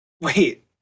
Wait